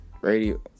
radio